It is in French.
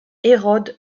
hérode